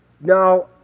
Now